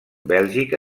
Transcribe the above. bèlgica